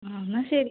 ആ എന്നാൽ ശരി